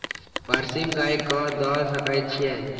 बरसीम गाय कऽ दऽ सकय छीयै?